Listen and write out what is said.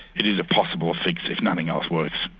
it is a possible fix if nothing else works.